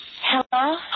Hello